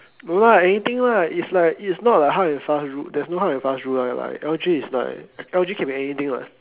no lah anything lah it's like it's not like hard and fast rule there's no hard and fast rule right L_G is like L_G can be anything [what]